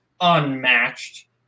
unmatched